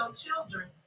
children